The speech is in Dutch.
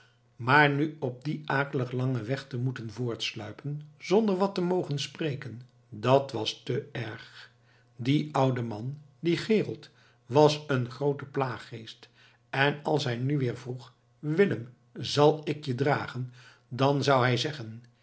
maar nu op dien akelig langen weg te moeten voortsluipen zonder wat te mogen spreken dat was te erg die oude man die gerold was een groote plaaggeest en als hij nu weer vroeg willem zal ik je dragen dan zou hij zeggen